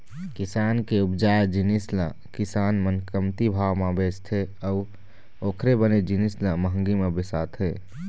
किसान के उपजाए जिनिस ल किसान मन कमती भाव म बेचथे अउ ओखरे बने जिनिस ल महंगी म बिसाथे